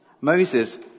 Moses